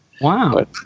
Wow